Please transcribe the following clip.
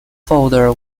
folder